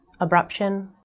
abruption